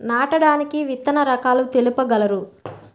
నాటడానికి విత్తన రకాలు తెలుపగలరు?